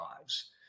lives